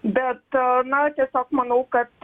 bet na tiesiog manau kad